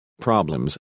problems